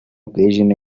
occasion